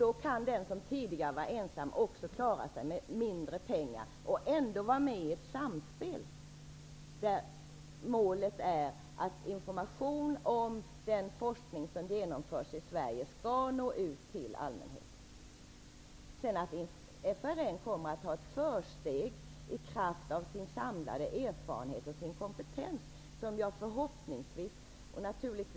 Då kan den som tidigare var ensam också klara sig med mindre pengar och ändå delta i ett samspel, där målet är att information om den forskning som bedrivs i Sverige skall nå ut till allmänheten. I kraft av sin samlade erfarenhet och kompetens kommer FRN naturligtvis att ha ett försprång i det sammanhanget.